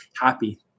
happy